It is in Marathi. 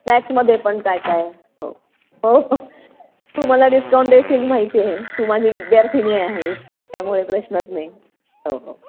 स्नॅक्समध्ये पण काय काय हो हो हो तू मला डिस्काऊंट देशील माहिती आहे तू माझी विद्यार्थिनी आहेस त्यामुळे प्रश्नच नाही हो हो